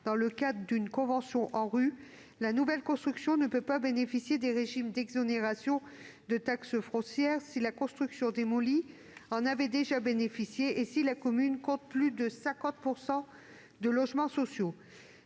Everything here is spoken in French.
pour la rénovation urbaine (ANRU), la nouvelle construction ne peut pas bénéficier des régimes d'exonération de taxe foncière si la construction démolie en avait déjà bénéficié et si la commune compte plus de 50 % de logements sociaux.